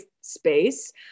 space